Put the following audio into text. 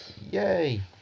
Yay